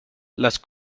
las